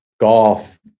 golf